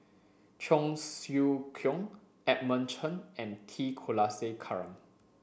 Cheong Siew Keong Edmund Chen and T Kulasekaram